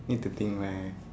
need to think back